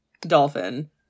dolphin